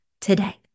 today